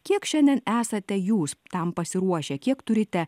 kiek šiandien esate jūs tam pasiruošę kiek turite